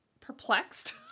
perplexed